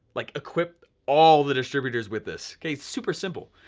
like equip all the distributors with this, okay, it's super simple.